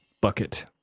bucket